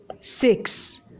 six